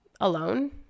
alone